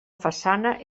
façana